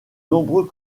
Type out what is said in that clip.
nombreux